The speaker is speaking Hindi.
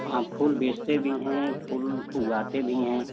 हाँ फूल बेचते भी हैं फूल उगाते भी हैं